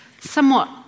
somewhat